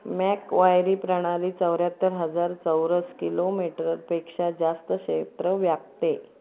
Macquarie प्रणाली चौऱ्याहत्तर हजार चौरस किलोमीटरपेक्षा जास्त क्षेत्र व्यापते